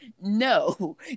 no